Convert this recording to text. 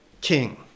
king